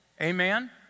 Amen